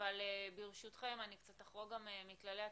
אבל ברשותכם, אני אחרוג קצת מכללי התקנון,